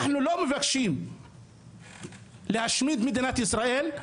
אנחנו לא מבקשים להשמיד מדינת ישראל,